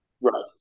right